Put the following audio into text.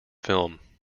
film